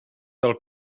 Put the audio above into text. del